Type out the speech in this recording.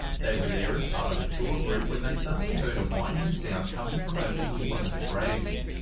they were there as part of a tour group when they suddenly heard a whining sound coming from over near one of the graves.